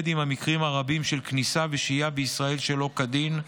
עם המקרים הרבים של כניסה ושהייה בישראל שלא כדין,